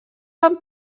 van